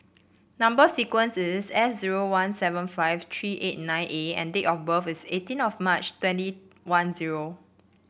number sequence is S zero one seven five three eight nine A and date of birth is eighteen of March twenty one zero